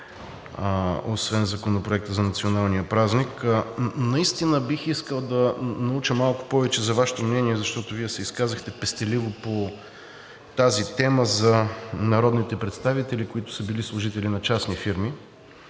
освен Законопроекта за националния празник. Наистина бих искал да науча малко повече за Вашето мнение, защото Вие се изказахте пестеливо по тази тема за народните представители, които са били служители на частни фирми.